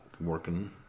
working